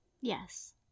Yes